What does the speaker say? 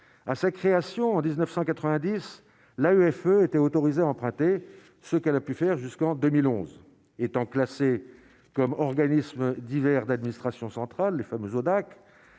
à sa création en 1990 l'AFE étaient autorisés à emprunter ce qu'elle a pu faire jusqu'en 2011 étant classé comme organismes divers d'administration centrale, les fameuses